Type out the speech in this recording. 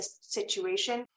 situation